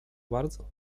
bardzo